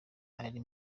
ari